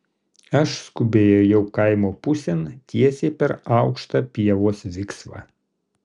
aš skubiai ėjau kaimo pusėn tiesiai per aukštą pievos viksvą